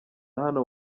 hano